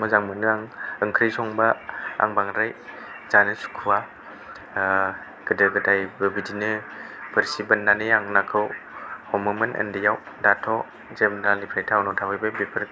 मोजां मोनो आं ओंख्रि संबा आं बांद्राय जानो सुखुवा गोदो गोदायबो बिदिनो बोरसि बोननानै आं नाखौ हमोमोन उन्दैयाव दाथ' जों गामिनिफ्राय टावनाव थाफैबाय बेफोर